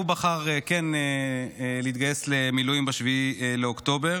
הוא בחר כן להתגייס למילואים ב-7 לאוקטובר,